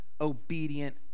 obedient